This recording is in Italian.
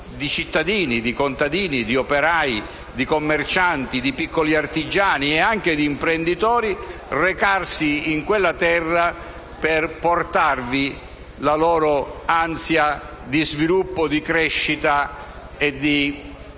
di cittadini (contadini, operai, commercianti, piccoli artigiani e anche imprenditori) recarsi in quella terra per portarvi la loro ansia di sviluppo, di crescita e di